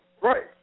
Right